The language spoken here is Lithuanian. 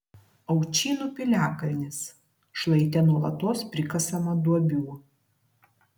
aučynų piliakalnis šlaite nuolatos prikasama duobių